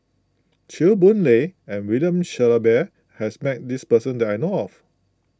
Chew Boon Lay and William Shellabear has met this person that I know of